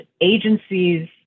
agencies